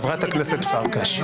חברת הכנסת פרקש,